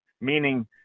meaning